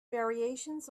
variations